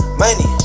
money